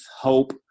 hope